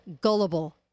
gullible